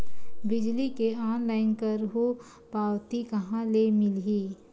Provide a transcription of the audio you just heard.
बिजली के ऑनलाइन करहु पावती कहां ले मिलही?